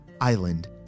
island